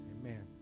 Amen